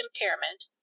impairment